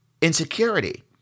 insecurity